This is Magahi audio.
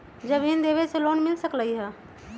जमीन देवे से लोन मिल सकलइ ह?